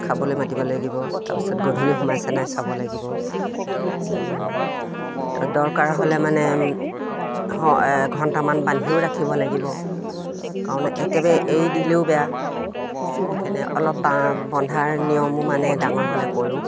খাবলৈ মাতিব লাগিব তাৰপিছত গধূলি সোমাইছে নাই চাব লাগিব দৰকাৰ হ'লে মানে এঘণ্টামান বান্ধিও ৰাখিব লাগিব কাৰণ একেবাৰে এৰি দিলেও বেয়া সেইকাৰণে অলপ বা বন্ধাৰ নিয়মো মানে ডাঙৰ হ'লে কৰোঁ